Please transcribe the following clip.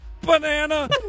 banana